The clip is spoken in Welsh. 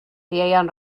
ieuan